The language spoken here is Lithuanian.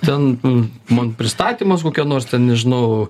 ten man pristatymas kokia nors ten nežinau